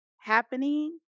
happening